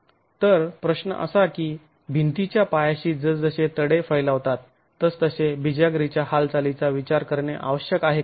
तर प्रश्न असा की भिंतीच्या पायाशी जस जसे तडे फैलावतात तस तसे बिजागरीच्या हालचालीचा विचार करणे आवश्यक आहे का